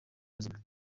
ubuzima